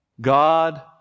God